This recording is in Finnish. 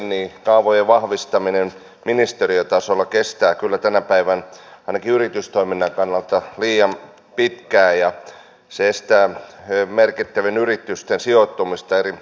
niin kuin täällä on tullut esiin kaavojen vahvistaminen ministeriötasolla kestää kyllä tänä päivänä ainakin yritystoiminnan kannalta liian pitkään ja se estää merkittävien yritysten sijoittumista eri alueilla